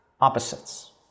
opposites